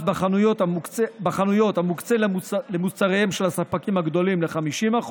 בחנויות המוקצה למוצריהם של הספקים הגדולים ל-50%,